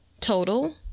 total